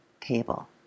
table